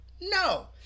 No